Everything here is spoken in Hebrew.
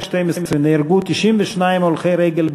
נהרגו בתאונות דרכים 92 הולכי רגל,